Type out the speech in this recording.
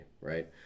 Right